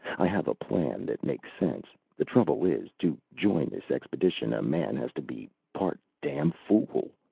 i have a plan that makes sense. the trouble is, to join this expedition, a man has to be part damn-fool.